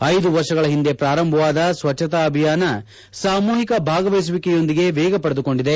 ಐದು ವರ್ಷಗಳ ಹಿಂದೆ ಪ್ರಾರಂಭವಾದ ಸ್ವಚ್ಛತಾ ಅಭಿಯಾನ ಸಾಮೂಹಿಕ ಭಾಗವಹಿಸುವಿಕೆಯೊಂದಿಗೆ ವೇಗ ಪಡೆದುಕೊಂಡಿದೆ